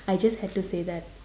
I just had to say that